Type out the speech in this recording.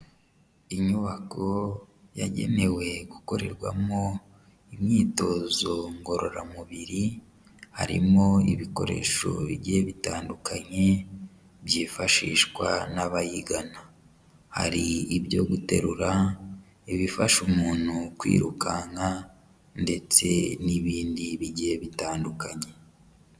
Inyubako yagenewe gukorerwamo imyitozo ngororamubiri, harimo ibikoresho bigiye bitandukanye byifashishwa n'abayigana, hari ibyo guterura, ibifasha umuntu kwirukanka ndetse n'ibindi bigiye bitandukanye.